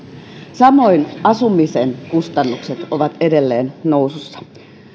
samoin asumisen kustannukset ovat edelleen nousussa